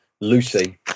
lucy